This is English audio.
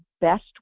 best